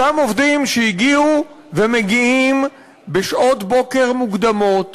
אותם עובדים שהגיעו ומגיעים בשעות בוקר מוקדמות